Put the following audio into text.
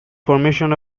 formation